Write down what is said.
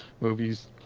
movies